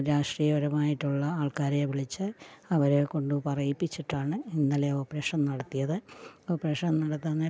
രാഷ്ട്രീയപരമായിട്ടുള്ള ആൾക്കാരെ വിളിച്ച് അവരെ കൊണ്ട് പറയിപ്പിച്ചിട്ടാണ് ഇന്നലെ ഓപ്പറേഷൻ നടത്തിയത് ഓപ്പറേഷൻ നടത്താൻ നേരം